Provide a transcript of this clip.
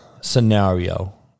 scenario